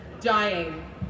dying